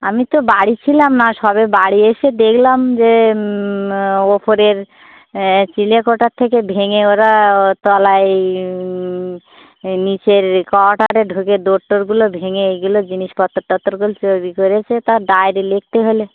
আমি তো বাড়ি ছিলাম না সবে বাড়ি এসে দেখলাম যে ওপরের চিলেকোঠার থেকে ভেঙে ওরা তলায় নিচের কোয়াটারে ঢুকে ডোর টোরগুলো ভেঙে এইগুলো জিনিসপত্র টত্তরগুলো চুরি করেছে তা ডায়রি লিখতে হলে